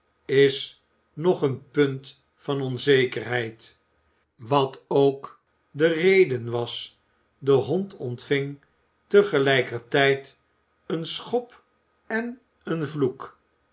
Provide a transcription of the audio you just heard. is nog een punt van onzekerheid wat ook de reden was de hond ontving tegelijkertijd een schop en een vloek